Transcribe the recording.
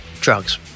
Drugs